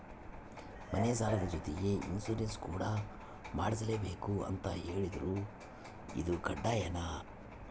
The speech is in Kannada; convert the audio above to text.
ಮನೆ ಸಾಲದ ಜೊತೆಗೆ ಇನ್ಸುರೆನ್ಸ್ ಕೂಡ ಮಾಡ್ಸಲೇಬೇಕು ಅಂತ ಹೇಳಿದ್ರು ಇದು ಕಡ್ಡಾಯನಾ?